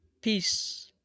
Peace